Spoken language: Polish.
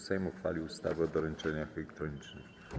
Sejm uchwalił ustawę o doręczeniach elektronicznych.